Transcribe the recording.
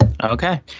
Okay